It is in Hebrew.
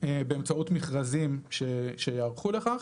באמצעות מכרזים שיערכו לכך.